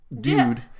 dude